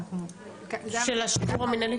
של השחרור המנהלי?